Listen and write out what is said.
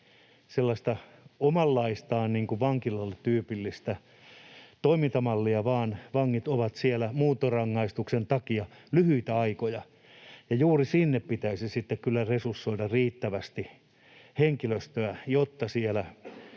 sellaista omanlaistaan vankilalle tyypillistä toimintamallia, vaan vangit ovat siellä muuntorangaistuksen takia lyhyitä aikoja. Juuri sinne pitäisi kyllä resursoida riittävästi henkilöstöä, jotta siellä,